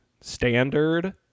standard